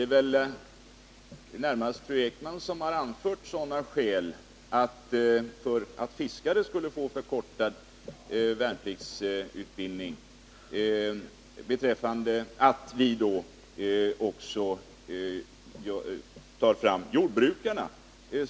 Det är Kerstin Ekman själv som har anfört sådana skäl för att fiskare skall få en förkortad värnpliktsutbildning som gör att vi har gjort jämförelser med jordbrukare.